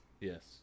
Yes